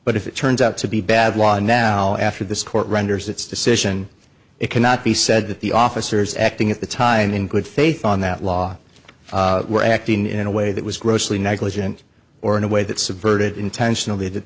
but if it turns out to be bad law and now after this court renders its decision it cannot be said that the officers acting at the time in good faith on that law were acting in a way that was grossly negligent or in a way that subverted intentionally t